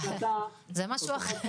זה משהו אחר,